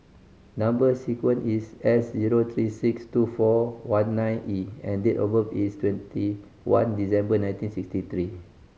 number sequence is S zero three six two four one nine E and date of birth is twenty one December nineteen sixty three